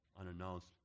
unannounced